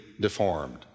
deformed